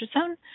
Zone